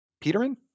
Peterman